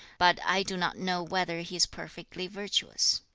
but i do not know whether he is perfectly virtuous